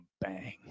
bang